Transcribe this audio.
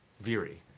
viri